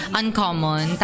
uncommon